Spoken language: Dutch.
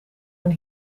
mijn